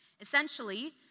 Essentially